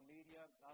Media